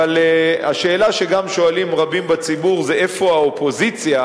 אבל השאלה שגם שואלים רבים בציבור היא איפה האופוזיציה,